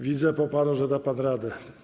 Widzę po panu, że da pan radę.